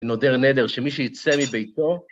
נודר נדר, שמי שיצא מביתו...